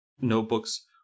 notebooks